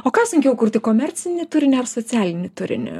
o kas sunkiau kurti komercinį turinį ar socialinį turinį